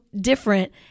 different